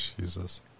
Jesus